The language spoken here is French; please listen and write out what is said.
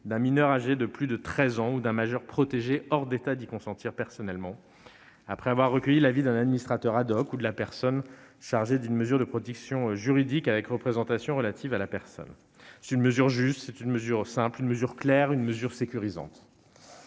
d'un mineur âgé de plus de 13 ans ou d'un majeur protégé hors d'état d'y consentir personnellement, après avoir recueilli l'avis d'un administrateur ou de la personne chargée d'une mesure de protection juridique avec représentation relative à la personne. C'est une mesure juste, simple, claire, sécurisante.